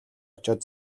очоод